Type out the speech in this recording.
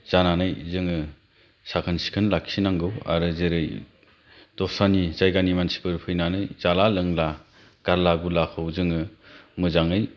जानानै जोङो साखोन सिखोन लाखिनांगौ आरो जेरै दस्रानि जायगानि मानसिफोर फैनानै जाला लोंला गारला गुरलाखौ जोङो मोजाङै